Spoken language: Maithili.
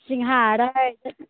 सिङ्घार